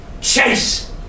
Chase